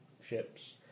ships